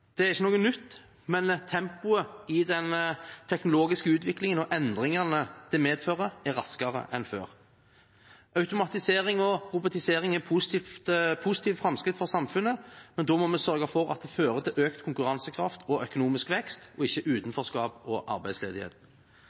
Det er ikke noe nytt, men tempoet i den teknologiske utviklingen og endringene det medfører, er raskere enn før. Automatisering og robotisering er positive framskritt for samfunnet, men da må vi sørge for at det fører til økt konkurransekraft og økonomisk vekst, ikke utenforskap og arbeidsledighet.